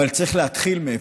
אבל צריך להתחיל מאיפשהו.